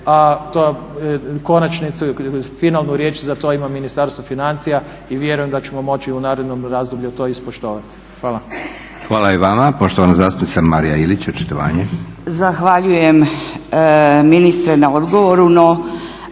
a konačno, finalnu riječ za to ima Ministarstvo financija. Vjerujem da ćemo moći u narednom razdoblju to ispoštovati. Hvala. **Leko, Josip (SDP)** Hvala i vama. Poštovana zastupnica Marija Ilić, očitovanje. **Ilić, Marija (HSU)** Zahvaljujem ministre na odgovoru.